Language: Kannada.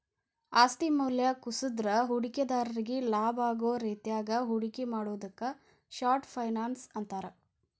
ಆಸ್ತಿ ಮೌಲ್ಯ ಕುಸದ್ರ ಹೂಡಿಕೆದಾರ್ರಿಗಿ ಲಾಭಾಗೋ ರೇತ್ಯಾಗ ಹೂಡಿಕೆ ಮಾಡುದಕ್ಕ ಶಾರ್ಟ್ ಫೈನಾನ್ಸ್ ಅಂತಾರ